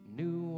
new